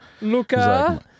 Luca